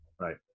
right